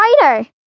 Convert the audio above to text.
writer